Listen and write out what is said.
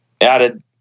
added